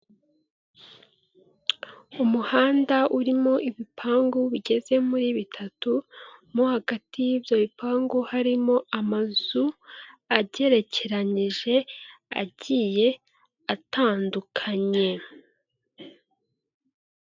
Umuhanda urimo ibipangu bigeze muri bitatu, mo hagati y'ibyo bipangu harimo amazu agerekeranyije agiye atandukanye.